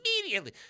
immediately